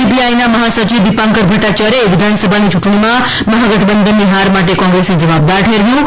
CPI ના મહાસચિવ દિપાંકર મદાયાર્યએ વિધાનસભાની ચૂંટણીમાં મહાગઠબંધનની હાર માટે કોંગ્રેસને જવાબદાર ઠેરવ્યું છે